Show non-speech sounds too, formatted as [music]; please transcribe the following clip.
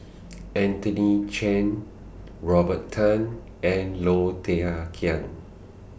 [noise] Anthony Chen Robert Tan and Low Thia Khiang